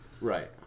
Right